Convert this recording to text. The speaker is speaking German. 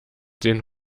den